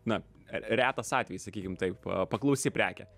na retas atvejis sakykim taip paklausi prekė